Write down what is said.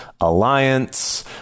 alliance